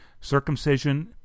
circumcision